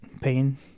pain